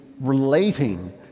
relating